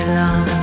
long